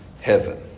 heaven